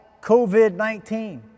COVID-19